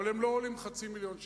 אבל הם לא עולים חצי מיליון שקל.